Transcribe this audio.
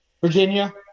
Virginia